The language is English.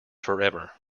forever